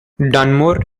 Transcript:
dunmore